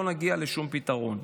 לא נגיע לשום פתרון.